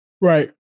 Right